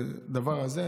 לדבר הזה.